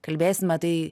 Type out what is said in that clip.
kalbėsime tai